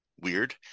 weird